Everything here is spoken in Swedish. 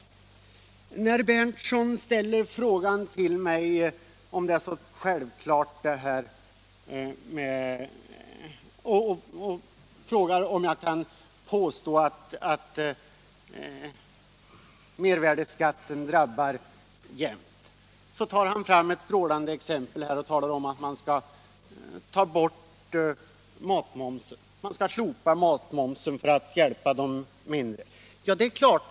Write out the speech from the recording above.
Herr Berndtson frågade mig om jag kan påstå att mervärdeskatten drabbar jämnt. Han tog själv ett strålande exempel när han talade om att man skulle slopa matmomsen för att hjälpa de mindre inkomsttagarna.